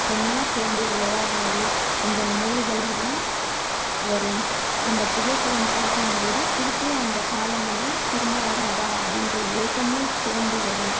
ஒன்றா சேர்ந்து விளையாடினது இந்த நினைவுகள் எல்லாம் வரும் அந்த புகைப்படம் பார்க்கும் போது திருப்பியும் அந்த காலம் எல்லாம் திரும்ப வராதா அப்படின்ற ஏக்கமும் சேர்ந்து வரும்